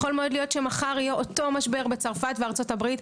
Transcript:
יכול מאוד להיות שמחר יהיה אותו משבר בצרפת וארצות הברית,